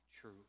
true